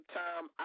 time